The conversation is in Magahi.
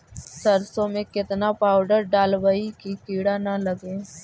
सरसों में केतना पाउडर डालबइ कि किड़ा न लगे?